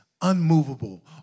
unmovable